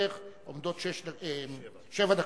לרשותך עומדות שבע דקות.